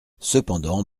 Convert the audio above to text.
cependant